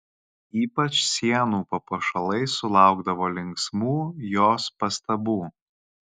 ypač sienų papuošalai sulaukdavo linksmų jos pastabų